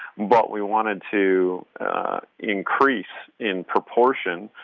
but we wanted to increase in proportion